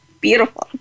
Beautiful